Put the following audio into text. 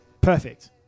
Perfect